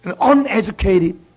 Uneducated